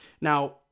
now